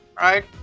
right